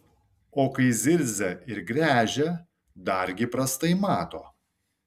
o kai zirzia ir gręžia dargi prastai mato